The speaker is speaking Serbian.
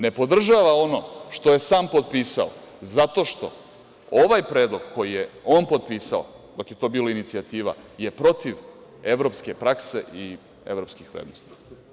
Ne podržava ono što je sam potpisao zato što ovaj predlog koji je on potpisao, dok je to bilo inicijativa, je protiv evropske prakse i protiv evropskih vrednosti.